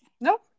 Nope